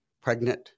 pregnant